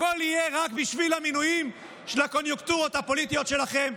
הכול יהיה רק בשביל המינויים של הקוניונקטורות הפוליטיות שלכם.